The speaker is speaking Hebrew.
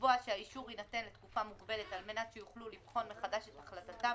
לקבוע שהאישור יינתן לתקופה מוגבלת על מנת שיוכלו לבחון מחדש את החלטתם